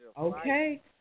Okay